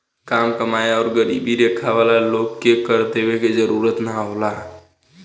काम कमाएं आउर गरीबी रेखा वाला लोग के कर देवे के जरूरत ना होला